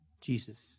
Jesus